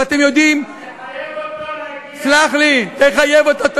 ואתם יודעים, אז תחייב אותו להגיע.